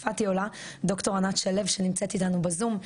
ד"ר ענת שליו שנמצאת איתנו בזום,